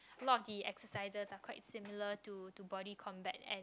lot the exercises are quite similar to to body combat and